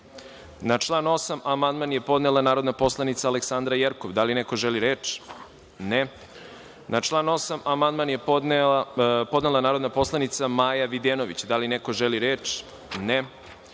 član 8. amandman je podnela narodna poslanica Aleksandra Jerkov. Da li neko želi reč? (Ne)Na član 8. amandman je podnela narodna poslanica Maja Videnović. Da li neko želi reč?